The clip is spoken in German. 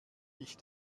ich